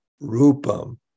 Rupam